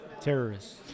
Terrorists